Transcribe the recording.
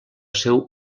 seu